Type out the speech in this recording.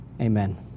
Amen